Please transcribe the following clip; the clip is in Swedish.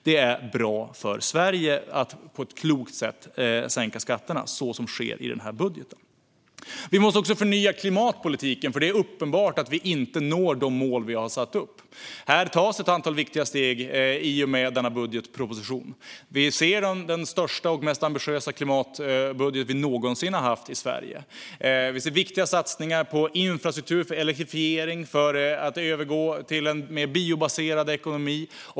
Det är bra för Sverige att på ett klokt sätt sänka skatterna så som sker i den här budgeten. Vi måste också förnya klimatpolitiken. Det är uppenbart att vi inte når de mål vi har satt upp. I och med denna budgetproposition tas ett antal viktiga steg. Vi ser den största och mest ambitiösa klimatbudget vi någonsin har haft i Sverige. Vi ser viktiga satsningar på infrastruktur, för elektrifiering och för att övergå till en mer biobaserad ekonomi.